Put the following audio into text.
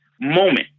moment